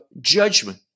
judgment